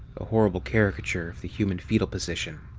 a horrible caricature of the human fetal position.